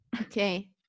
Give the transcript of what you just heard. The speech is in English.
Okay